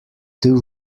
two